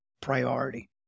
priority